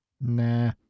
Nah